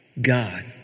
God